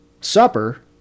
supper